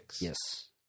Yes